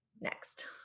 next